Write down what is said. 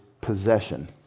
possession